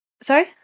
sorry